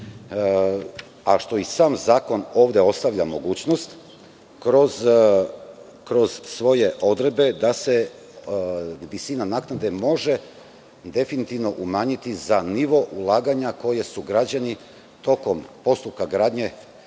a što i sam zakon ovde ostavlja mogućnost kroz svoje odredbe da se visina naknade može definitivno umanjiti za nivo ulaganja koje su građani tokom postupka gradnje